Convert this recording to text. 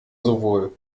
sowohl